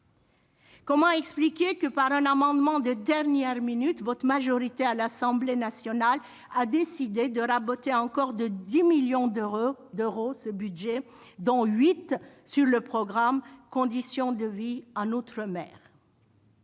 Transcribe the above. Comment expliquer que, par un amendement déposé à la dernière minute, votre majorité à l'Assemblée nationale ait décidé de raboter encore de 10 millions d'euros ce budget, dont 8 millions d'euros sur le programme « Conditions de vie outre-mer »